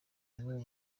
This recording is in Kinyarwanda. nibo